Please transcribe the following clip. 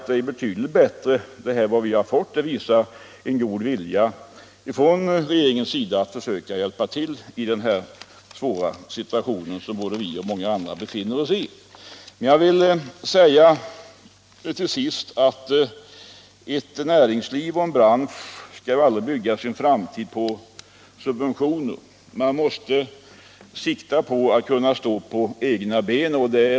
De pengar vi nu får visar därför en god vilja från regeringens sida att försöka hjälpa till i den svåra situation som både vi och många andra befinner oss i. Till sist vill jag konstatera att näringslivet aldrig skall bygga sin framtid på subventioner. Man måste sikta på att kunna stå på egna ben.